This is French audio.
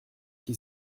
qui